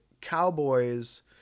Cowboys